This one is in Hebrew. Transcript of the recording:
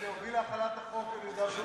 זה יוביל להחלת החוק ביהודה ושומרון.